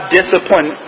discipline